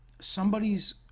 somebody's